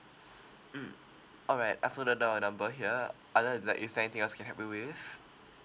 mm all right I write down your number here other than that is there anything else I can help you with